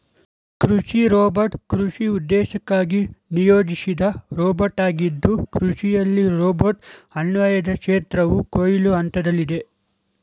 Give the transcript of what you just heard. ಕೃಷಿ ರೋಬೋಟ್ ಕೃಷಿ ಉದ್ದೇಶಕ್ಕಾಗಿ ನಿಯೋಜಿಸಿದ ರೋಬೋಟಾಗಿದ್ದು ಕೃಷಿಯಲ್ಲಿ ರೋಬೋಟ್ ಅನ್ವಯದ ಕ್ಷೇತ್ರವು ಕೊಯ್ಲು ಹಂತದಲ್ಲಿದೆ